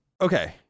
Okay